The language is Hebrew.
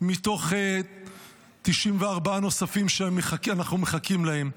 מתוך 94 נוספים שאנחנו מחכים להם.